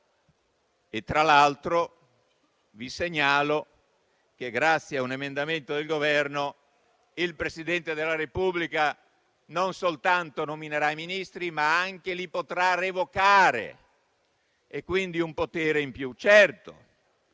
Tra l'altro, vi segnalo che, grazie a un emendamento del Governo, il Presidente della Repubblica non soltanto nominerà i Ministri, ma li potrà anche revocare e, quindi, è un potere in più.